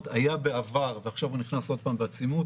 היה בעבר ועכשיו הוא נכנס עוד פעם בעצימות